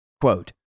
quote